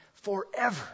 Forever